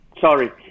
sorry